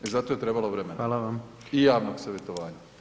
I zato je trebalo vremena [[Upadica: Hvala vam.]] i javnog savjetovanja.